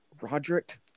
Roderick